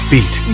Beat